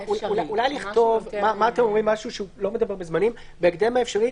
אולי לכתוב משהו שהוא לא מדבר בזמנים: בהקדם האפשרי,